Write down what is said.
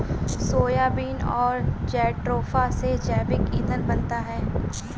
soybean और jatropha से जैविक ईंधन बनता है